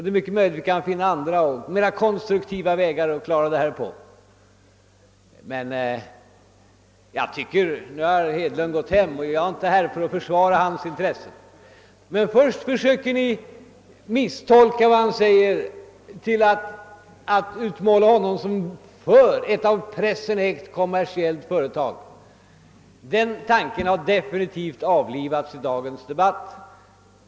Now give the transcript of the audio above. Det är mycket möjligt att vi kan finna andra och mera konstruktiva vägar för att klara problemet, men nu har herr Hedlund gått hem och jag står inte här för att försvara hans intressen. Först försöker ni misstolka vad han sagt och göra gällande att han är för ett av pressen ägt kommersiellt företag, men den tanken har definitivt avlivats i dagens debatt.